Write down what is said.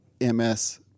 MS